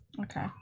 Okay